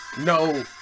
no